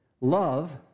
Love